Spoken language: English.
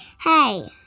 Hey